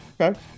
Okay